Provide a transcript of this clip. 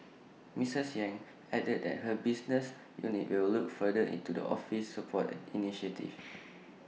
misses yang added that her business unit will look further into the office's support initiatives